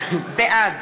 בעד